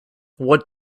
what